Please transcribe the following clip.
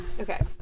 Okay